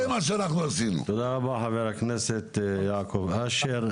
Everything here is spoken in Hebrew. תודה רבה חבר הכנסת יעקב אשר.